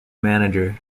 manager